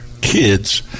kids